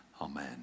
Amen